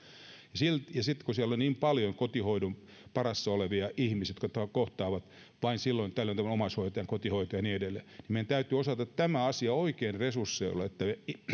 sitten kun on niin paljon kotihoidon varassa olevia ihmisiä jotka kohtaavat vain silloin tällöin omaishoitajan kotihoitajan ja niin edelleen niin meidän täytyy osata tämä asia oikein resursoida että